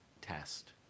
test